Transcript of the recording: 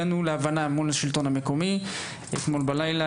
הגענו להבנה מול השלטון המקומי אתמול בלילה,